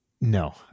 No